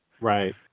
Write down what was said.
Right